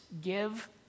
give